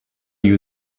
you